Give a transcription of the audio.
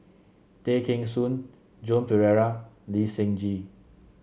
Tay Kheng Soon Joan Pereira Lee Seng Gee